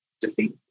defeat